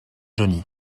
johnny